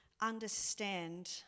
understand